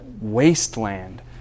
wasteland